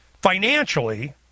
financially